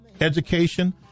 education